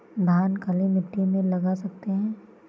धान काली मिट्टी में लगा सकते हैं?